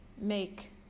make